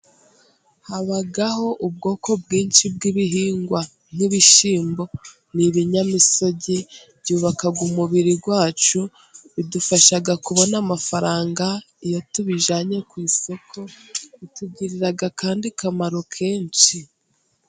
Habaho ubwoko bwinshi bw'ibihingwa, Nk'ibishyimbo ni ibinyamisogi byubaka umubiri wacu, bidufasha kubona amafaranga. Iyo tubijyanye ku isoko, bitugirira akandi kamaro kenshi.